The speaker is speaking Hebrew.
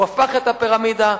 הוא הפך את הפירמידה.